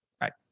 right